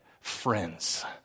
friends